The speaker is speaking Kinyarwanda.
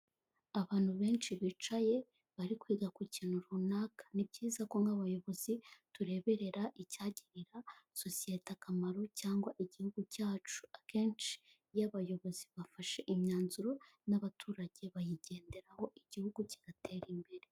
Abantu benshi bicaye, bari kwiga ku kintu runaka, ni byiza ko nk'abayobozi tureberera icyagirira sosiyete akamaro cyangwa igihugu cyacu, akenshi iyo abayobozi bafashe imyanzuro n'abaturage bayigenderaho igihugu kigatera imbere.